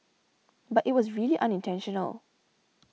but it was really unintentional